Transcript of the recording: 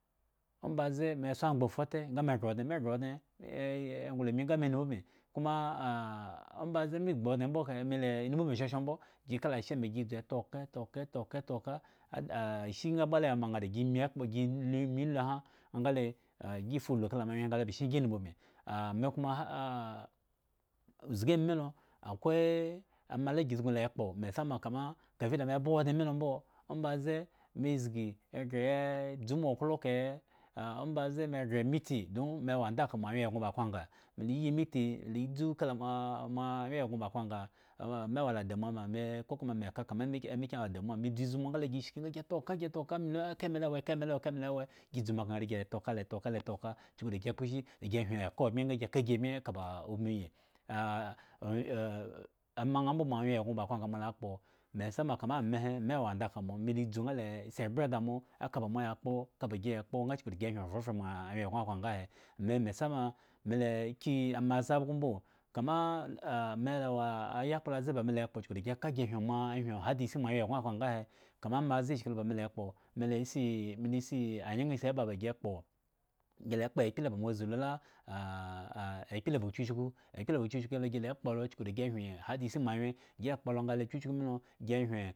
Ombaze me kso angba afute nga me ghre odŋe, me ghre odŋe, me englo ami nga me numubin, koma ombaze me gbu odŋe mbo kahe mela numubin shoshoŋ mbo, gi kala ashe me gi dzu taoka taoka taoka ishi nga mbo la woma ŋha da gi nyu ekpo, gi mi njulu ahan ngale ah gi fuhu kala moawyen nga bishin gi humubin, ahmi koma ha ah zgi ami lo akwe ama la gi su knula ekpo mesama kama kafi da me ba odŋe mi la mbo, ombaze me zgi eghre ya dzu me oklo eka he ah ombaze me ghre emitii don me wo anda khpo mo awyen egŋo ba kwanga, mela yimitii la dzu kala moa mo awyen egŋo ba kwanga me me wola damuwa ma me kokoma me ka kama emi emakyin wo danuwa me dzu bzu monga le gish ki nga gi ta oka melu aka emalo wahe ka ema lo wohe, ka ema lowohe, gi dzu ma nga har gi la taoka lataoka lataoka chuku dagi ekposhi? Chuku dagi hyen okabmye nga gi ka gi ebmye ka ba ubin oyi ah ozh ama ŋha mbo moawyen egŋo ba kwanga moala kpo mesama kama ame he, me wo andakpo mo, me la idzu nga la isi ebwe da mo, aka ba mo ya kpo aka ba gi yekpo nga chuku dagi hyen ovhrovhre moa wyen egŋo a kwanya ahe, me mesama mela kyu amaze abhgo mbo, kama ah me elwa ayakpla aze ba me la ekpo chuku da gi ka gi hyen hada isi moawyen egŋo akwanga ahe, kama amaze ishki lo ba me la ekpo me si melasi anyeŋ si eba gi ekpo gi la kpo ekpele ba mo ahzu lo la ah ah ekpele ba chuchku, ekpele ba chuchku helo gi la ekpo lo chuku da gi ta hyen hada isi moawyen gi ekpo lo nga le chuchku milo gihyen.